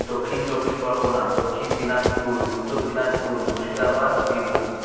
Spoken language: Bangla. দক্ষিণ চব্বিশ পরগনা দক্ষিণ দিনাজপুর উত্তর দিনাজপুর মুর্শিদাবাদ বীরভূম